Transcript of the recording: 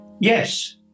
Yes